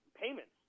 payments